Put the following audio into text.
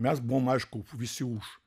mes buvom aišku visi už